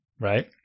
right